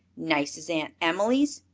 nice as aunt emily's?